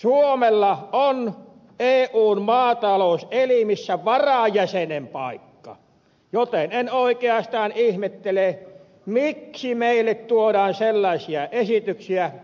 suomella on eun maatalouselimissä varajäsenen paikka joten en oikeastaan ihmettele miksi meille tuodaan sellaisia esityksiä